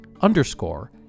underscore